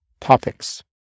topics